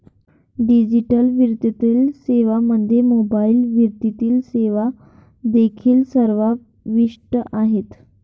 digital वित्तीय सेवांमध्ये mobile वित्तीय सेवा देखील समाविष्ट आहेत